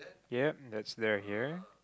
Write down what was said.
ya that's there here